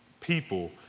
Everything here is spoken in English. people